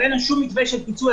אין להם שום מתווה של פיצוי,